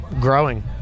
growing